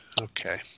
Okay